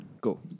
Go